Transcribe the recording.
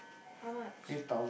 how much